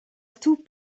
two